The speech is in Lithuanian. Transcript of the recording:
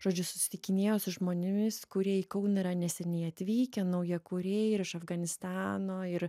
žodžiu susitikinėjo su žmonėmis kurie į kauną yra neseniai atvykę naujakuriai ir iš afganistano ir